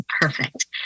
Perfect